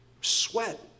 Sweat